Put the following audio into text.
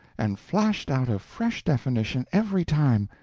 and flashed out a fresh definition every time,